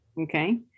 okay